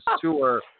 tour